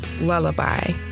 Lullaby